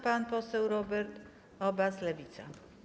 Pan poseł Robert Obaz, Lewica.